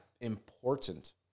important